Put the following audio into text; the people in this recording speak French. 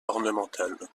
ornementale